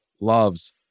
loves